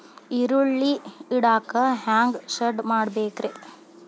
ಈರುಳ್ಳಿ ಇಡಾಕ ಹ್ಯಾಂಗ ಶೆಡ್ ಮಾಡಬೇಕ್ರೇ?